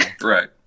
right